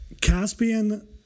Caspian